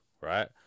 right